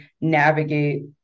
navigate